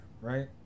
right